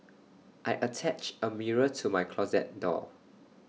I attached A mirror to my closet door